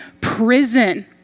prison